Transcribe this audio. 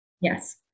Yes